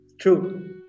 True